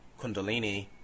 Kundalini